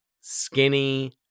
skinny